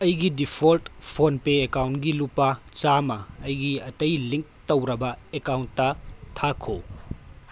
ꯑꯩꯒꯤ default PhonePe ꯑꯦꯀꯥꯎꯟꯒꯤ ꯂꯨꯄꯥ ꯆꯥꯃꯥ ꯑꯩꯒꯤ ꯑꯇꯩ ꯂꯤꯡꯛ ꯇꯧꯔꯕ ꯑꯦꯀꯥꯎꯟꯗ ꯊꯥꯈꯣ